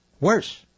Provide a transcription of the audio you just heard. Worse